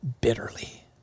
bitterly